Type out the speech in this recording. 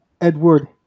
Edward